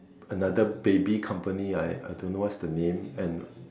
another baby company I I don't know what's the name and